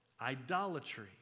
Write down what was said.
idolatry